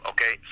Okay